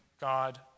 God